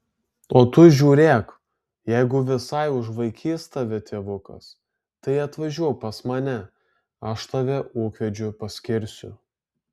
o tu žiūrėk jeigu visai užvaikys tave tėvukas tai atvažiuok pas mane aš tave ūkvedžiu paskirsiu